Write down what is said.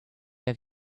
have